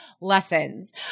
lessons